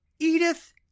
Edith